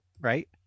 right